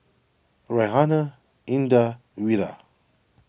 Raihana Indah and Wira